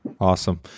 Awesome